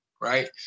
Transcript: Right